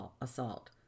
assault